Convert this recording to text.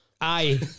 Aye